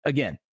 Again